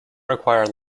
require